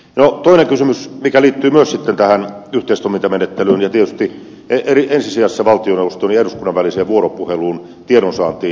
toinen kysymys mikä liittyy myös tähän yhteistoimintamenettelyyn ja tietysti ensi sijassa valtioneuvoston ja eduskunnan väliseen vuoropuheluun tiedonsaantiin